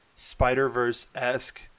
spider-verse-esque